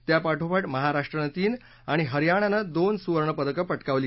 त्यापाठोपाठ महाराष्ट्रानं तीन आणि हरयाणानं दोन सुवर्णपदकं पटकावली